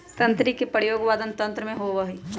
तंत्री के प्रयोग वादन यंत्र में होबा हई